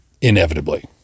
Inevitably